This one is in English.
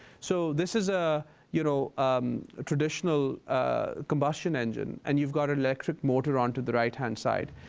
so this is a you know um traditional ah combustion engine, and you've got an electric motor on to the right-hand side.